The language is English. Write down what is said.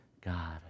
God